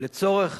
לצורך